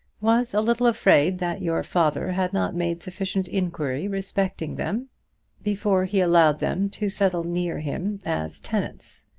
was a little afraid that your father had not made sufficient inquiry respecting them before he allowed them to settle near him as tenants.